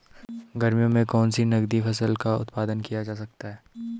गर्मियों में कौन सी नगदी फसल का उत्पादन किया जा सकता है?